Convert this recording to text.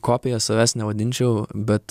kopija savęs nevadinčiau bet